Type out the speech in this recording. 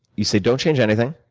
you say, don't change anything.